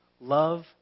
Love